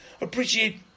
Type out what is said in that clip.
Appreciate